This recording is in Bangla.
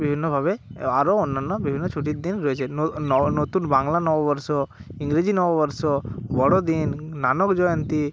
বিভিন্নভাবে এ আরো অন্যান্য বিভিন্ন ছুটির দিন রয়েছে নতুন বাংলা নববর্ষ ইংরেজি নববর্ষ বড়দিন নানক জয়ন্তী